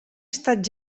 estat